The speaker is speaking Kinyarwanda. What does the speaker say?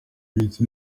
minsi